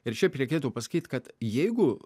ir šiaip reikėtų pasakyt kad jeigu